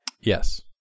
Yes